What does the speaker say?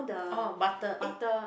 oh butter eh